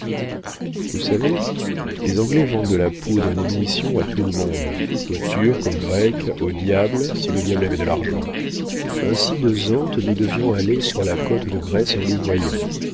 vous savez les anglais vendent de la poudre et des munitions à tout le monde aux turcs aux grecs au diable si le diable avait de l'argent ainsi de zante nous devions aller sur la côte de grèce en louvoyant